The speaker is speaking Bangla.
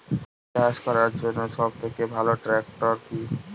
চাষ করার জন্য সবথেকে ভালো ট্র্যাক্টর কি?